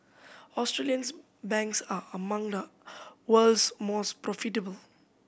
Australia's banks are among the world's most profitable